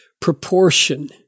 proportion